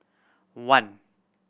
one